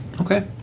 Okay